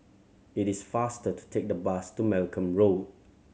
it is faster to take the bus to Malcolm Road